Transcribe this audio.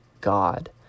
God